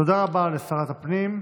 תודה רבה לשרת הפנים.